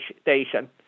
station